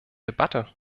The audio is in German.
debatte